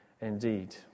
indeed